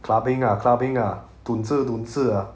clubbing ah clubbing ah ah